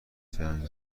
جنگ